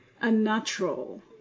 unnatural